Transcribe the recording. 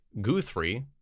Guthrie